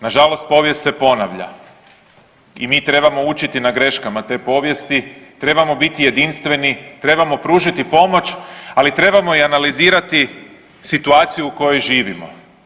Nažalost povijest se ponavlja i mi trebamo učiti na greškama te povijesti, trebamo biti jedinstveni, trebamo pružiti pomoć, ali trebamo i analizirati situaciju u kojoj živimo.